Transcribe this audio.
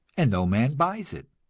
and no man buys it.